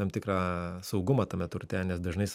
tam tikrą saugumą tame turte nes dažnais